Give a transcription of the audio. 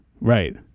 right